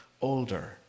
older